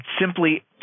simply